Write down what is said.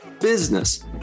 business